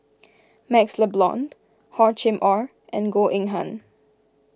MaxLe Blond Hor Chim or and Goh Eng Han